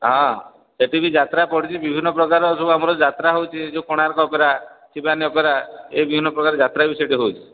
ହଁ ସେଇଠି ବି ଯାତ୍ରା ପଡ଼ିଛି ବିଭିନ୍ନପ୍ରକାର ଯେଉଁ ଯାତ୍ରା ହେଉଛି ଏ ଯେଉଁ କୋଣାର୍କ ଅପେରା ଶିବାନୀ ଅପେରା ଏ ବିଭିନ୍ନପ୍ରକାର ଯାତ୍ରା ବି ସେଇଠି ହେଉଛି